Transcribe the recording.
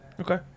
Okay